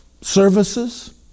services